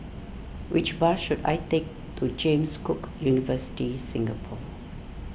which bus should I take to James Cook University Singapore